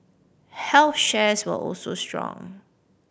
health shares were also strong